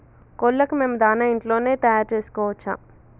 కోళ్లకు మేము దాణా ఇంట్లోనే తయారు చేసుకోవచ్చా?